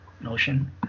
notion